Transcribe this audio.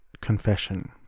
confession